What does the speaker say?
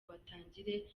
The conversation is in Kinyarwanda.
batangire